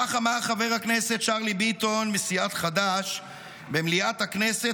כך אמר חבר הכנסת צ'רלי ביטון מסיעת חד"ש במליאת הכנסת,